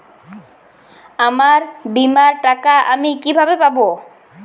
আমার বীমার টাকা আমি কিভাবে পাবো?